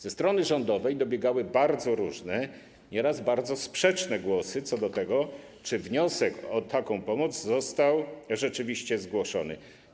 Ze strony rządowej dobiegały bardzo różne, nieraz sprzeczne głosy odnośnie do tego, czy wniosek o taką pomoc został rzeczywiście zgłoszony.